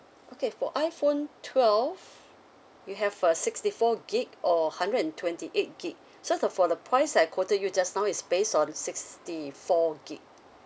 okay for iPhone twelve we have a sixty four gig or hundred and twenty eight gig so the for the points that I quoted you just now is based on sixty four gig